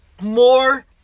More